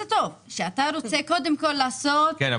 שאתה רוצה קודם כל לעשות --- כן,